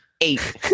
eight